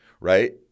right